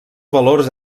valors